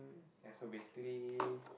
ya so basically